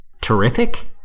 terrific